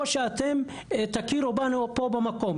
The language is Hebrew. או שתכירו בנו פה במקום".